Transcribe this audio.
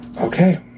Okay